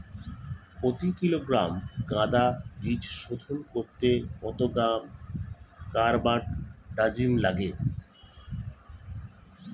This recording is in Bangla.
প্রতি কিলোগ্রাম গাঁদা বীজ শোধন করতে কত গ্রাম কারবানডাজিম লাগে?